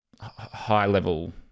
high-level